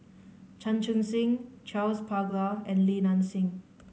Chan Chun Sing Charles Paglar and Li Nanxing